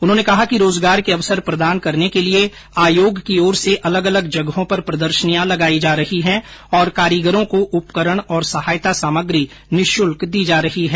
उन्होंने कहा कि रोजगार के अवसर प्रदान करने के लिये आयोग की ओर से अलग अलग जगहों पर प्रदर्शनियां लगाई जा रही है और कारीगरों को उपकरण और सहायता सामग्री निःशुल्क दी जा रही है